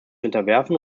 unterwerfen